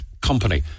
company